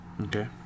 Okay